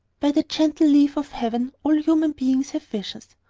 by the gentle leave of heaven, all human beings have visions.